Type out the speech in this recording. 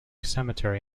cemetery